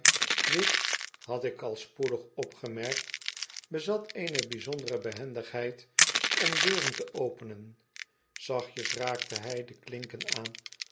dit had ik al spoedig opgemerkt bezat eene bijzondere behendigheid om deuren te openen zachtjes raakte hij de klinken aan